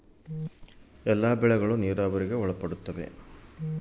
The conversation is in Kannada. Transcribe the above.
ಯಾವ ಬೆಳೆಗಳು ನೇರಾವರಿಗೆ ಒಳಪಡುತ್ತವೆ?